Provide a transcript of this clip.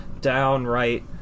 downright